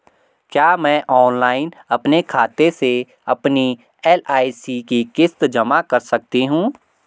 क्या मैं ऑनलाइन अपने खाते से अपनी एल.आई.सी की किश्त जमा कर सकती हूँ?